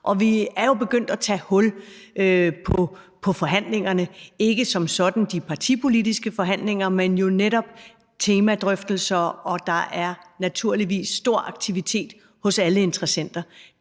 vi er jo begyndt at tage hul på forhandlingerne, ikke de partipolitiske forhandlinger som sådan, men jo netop temadrøftelser, og der er naturligvis stor aktivitet hos alle interessenter.